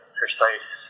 precise